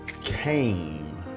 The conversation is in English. came